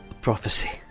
Prophecy